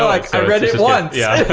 i read it once. yeah